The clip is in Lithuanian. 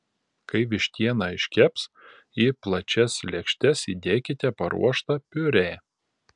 kai vištiena iškeps į plačias lėkštes įdėkite paruoštą piurė